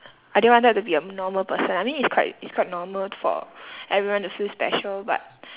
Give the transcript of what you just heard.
I didn't wanted to be a normal person I mean it's quite it's quite normal for everyone to feel special but